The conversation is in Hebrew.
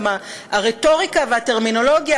גם הרטוריקה והטרמינולוגיה,